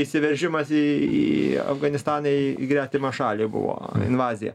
įsiveržimas į afganistaną į gretimą šalį buvo invazija